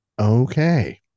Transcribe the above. Okay